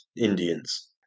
Indians